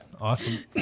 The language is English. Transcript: awesome